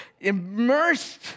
immersed